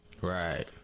Right